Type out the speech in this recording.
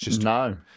No